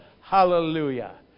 Hallelujah